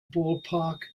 ballpark